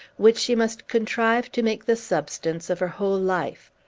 which she must contrive to make the substance of her whole life?